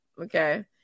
okay